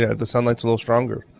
yeah the sunlight's little stronger.